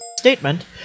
Statement